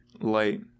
light